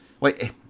Wait